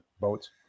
boats